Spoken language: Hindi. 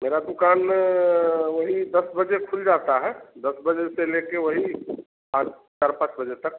मेरा दुकान वही दस बजे खुल जाता है दस बजे से लेके वही चार चार पाँच बजे तक